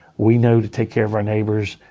we know to take care of our neighbors,